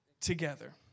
together